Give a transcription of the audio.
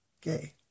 gay